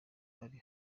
hari